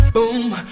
Boom